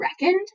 reckoned